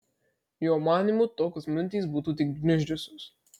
jo manymu tokios mintys būtų tik gniuždžiusios